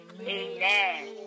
Amen